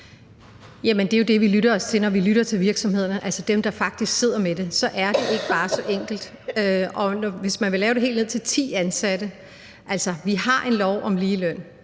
Jamen det er jo det, vi lytter os til, når vi lytter til virksomhederne, altså dem, der faktisk sidder med det – så er det ikke bare så enkelt. Og hvis man vil lave det for helt ned til ti ansatte, vil jeg sige, at vi jo altså har en lov om ligeløn,